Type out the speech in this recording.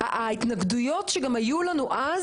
את בכית איתנו, חיבקת אותנו.